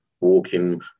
walking